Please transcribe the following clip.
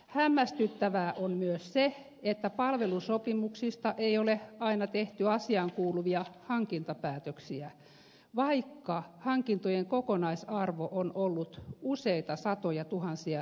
hämmästyttävää on myös se että palvelusopimuksista ei ole aina tehty asiaan kuuluvia hankintapäätöksiä vaikka hankintojen kokonaisarvo on ollut useita satojatuhansia euroja